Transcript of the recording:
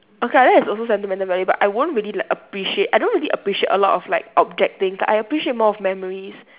okay lah that is also sentimental value but I won't really like appreciate I don't really appreciate a lot of like object things like I appreciate more of memories